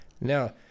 now